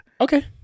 Okay